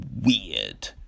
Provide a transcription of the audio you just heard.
weird